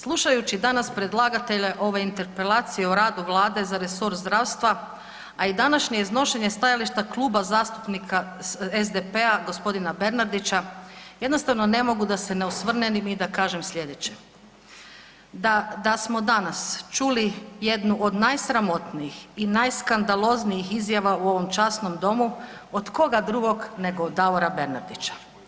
Slušajući danas predlagatelje ove interpelacije o radu Vlade za resor zdravstva, a i današnje iznošenje stajališta Kluba zastupnika SDP-a gospodina Bernardića jednostavno ne mogu a da se ne osvrnem i da kažem sljedeće, da smo danas čuli jednu od najsramotnijih i najskandaloznijih izjava u ovom časnom Domu, od koga drugog nego od Davora Bernardića.